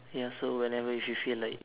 ya so whenever if you feel like